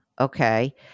Okay